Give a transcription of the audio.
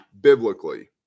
biblically